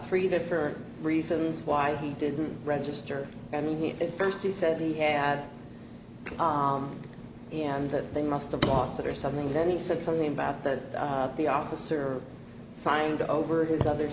three different reasons why he didn't register i mean at first he said he had and that thing must have lost it or something then he said something about that the officer signed over his other